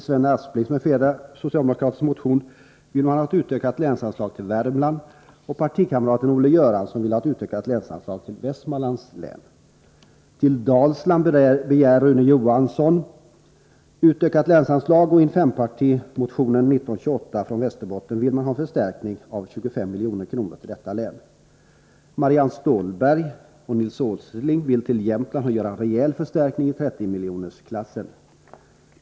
Sven Aspling m.fl. vill ha ett utökat länsanslag till Värmland, och partikamraten Olle Göransson vill ha ett utökat länsanslag till Västmanlands län. Till Dalsland begär Rune Johansson från socialdemokraterna utökat länsanslag, och i fempartimotion 1928 från Västerbotten vill man ha en förstärkning med 25 milj.kr. till detta län. Marianne Stålberg och Nils Åsling vill tillföra Jämtland en rejäl förstärkning i 30-miljonersklassen.